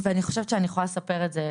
ואני חושבת שאני יכולה לספר את זה,